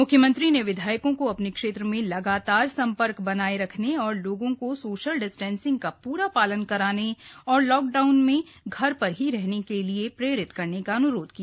म्ख्यमंत्री ने विधायकों को अपने क्षेत्र में लगातार सम्पर्क बनाए रख कर लोगों को सोशल डिस्टेंसिंग का पुरा पालन करने और लॉकडाऊन में घर पर ही रहने के लिये प्रेरित करने का अन्रोध किया